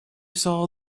saw